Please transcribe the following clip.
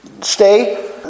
stay